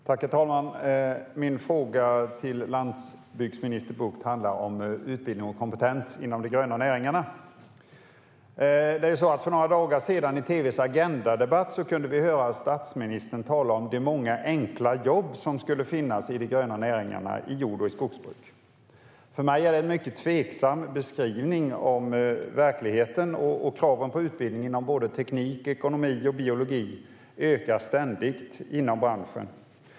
Herr talman! Min fråga till landsbygdsminister Bucht handlar om utbildning och kompetens inom de gröna näringarna. För några dagar sedan kunde vi i debatten i tv:s Agenda höra statsministern tala om de många enkla jobb som skulle finnas i de gröna näringarna, i jord och skogsbruk. För mig är det en mycket tveksam beskrivning av verkligheten. Kraven på utbildning i teknik, ekonomi och biologi ökar ständigt inom branschen.